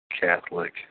Catholic